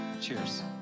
Cheers